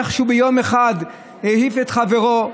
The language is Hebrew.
איך ביום אחד הוא העיף את חברו,